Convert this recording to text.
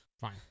Fine